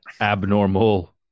abnormal